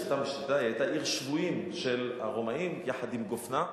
היא היתה עיר שבויים של הרומאים יחד עם גופנא.